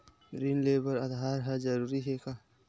ऋण ले बर आधार ह जरूरी हे का?